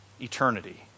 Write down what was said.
eternity